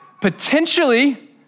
potentially